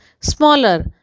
smaller